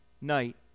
night